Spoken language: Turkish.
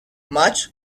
maç